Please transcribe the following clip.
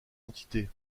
entité